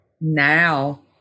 now